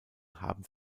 haben